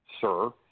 sir